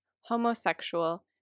homosexual